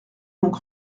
donc